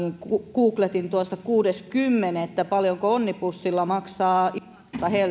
googletin kuudes kymmenettä paljonko onnibussilla maksaa